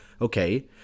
okay